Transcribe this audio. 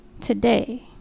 today